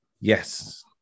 yes